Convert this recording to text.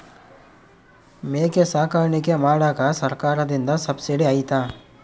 ಮೇಕೆ ಸಾಕಾಣಿಕೆ ಮಾಡಾಕ ಸರ್ಕಾರದಿಂದ ಸಬ್ಸಿಡಿ ಐತಾ?